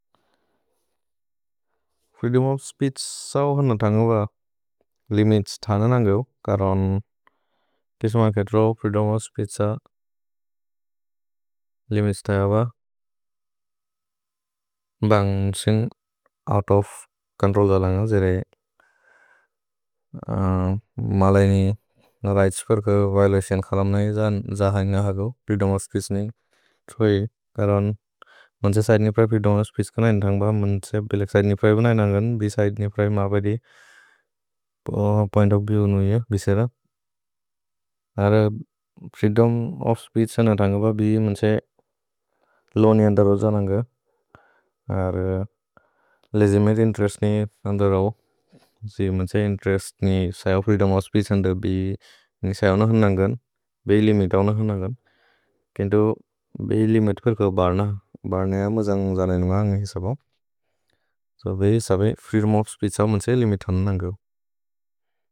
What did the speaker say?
Freedom of speech सओ होन थन्गु ब लिमित्स् थान नन्गयु करोन्। तिस् म के द्रो फ्रीदोम् ओफ् स्पीछ् स लिमित्स् थाय ब। भन्ग् सिन् ओउत् ओफ् चोन्त्रोल् ज लन्ग जिरे। मलयिनि रिघ्त्स् पेर्के विओलतिओन् खलम् न हि जाहन्ग् न हगौ फ्रीदोम् ओफ् स्पीछ् नि। थोइ करोन् मन्छे सैद्नि प्रए फ्रीदोम् ओफ् स्पीछ् क नैन् थन्गु ब। मन्छे बिलक् सैद्नि प्रए ब नैन् थन्गन्। भि सैद्नि प्रए म बदे पोइन्त् ओफ् विएव् उनु इय बिसेर। अर् फ्रीदोम् ओफ् स्पीछ् स नन्गु ब बि मन्छे लो नि अन्दर् हो ज नन्ग। अर् लेगितिमते इन्तेरेस्त् नि अन्दर् हो जि मन्छे इन्तेरेस्त् नि सय फ्रीदोम् ओफ् स्पीछ् सन्द। भि नि सय ओन थन्गन्, बि लिमित् ओन थन्गन् केन्तो बि लिमित् पेर्के बर्न। भर्न य म जन्गु ज नन्ग सो बे सबे फ्रीदोम् ओफ् स्पीछ् स मन्छे लिमित् थान नन्गौ।